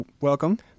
Welcome